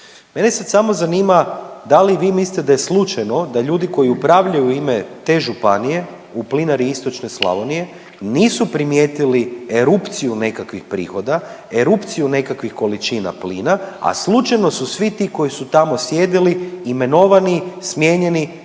Mene sad samo zanima da li vi mislite da je slučajno da ljudi koji upravljaju u ime te županije u Plinari istočne Slavonije nisu primijetili erupciju nekakvih prihoda, erupciju nekakvih količina plina, a slučajno su svi ti koji su tamo sjedili imenovani, smijenjeni,